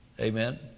Amen